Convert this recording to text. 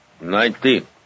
Nineteen